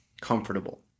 comfortable